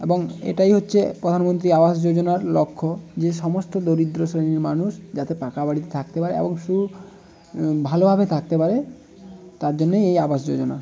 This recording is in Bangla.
এবং এটাই হচ্ছে প্রধানমন্ত্রী আবাস যোজনার লক্ষ্য যে সমস্ত দরিদ্র শ্রেণীর মানুষ যাতে পাকা বাড়িতে থাকতে পারে এবং ভালোভাবে থাকতে পারে তার জন্যই এই আবাস যোজনা